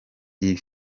iyi